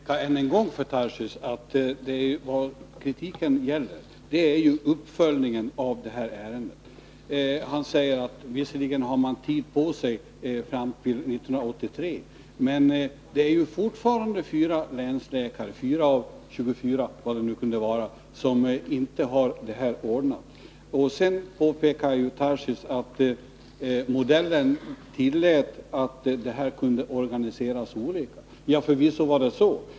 Fru talman! Jag vill än en gång påpeka för Daniel Tarschys att vad kritiken gäller är uppföljningen av det här ärendet. Daniel Tarschys säger att man visserligen har tid på sig, fram till 1983. Men det är ju fortfarande 4 länsläkare — 4 av 24, tror jag — som inte har detta ordnat. Vidare påpekar Daniel Tarschys att modellen tillät att det här kunde organiseras olika. Ja, förvisso var det så.